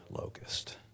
locust